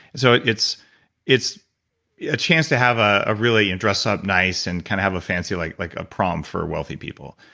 so it's it's a chance to have a a really and dress up nice, and kind of have a fancy like like a prom for wealthy people,